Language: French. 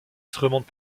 remonte